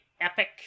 epic